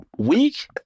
Week